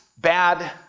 bad